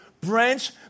branch